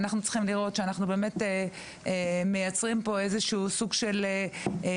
ואנחנו צריכים לראות שאנחנו באמת מייצרים פה איזשהו סוג של מוגנות